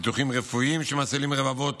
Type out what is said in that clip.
ניתוחים רפואיים שמצילים רבבות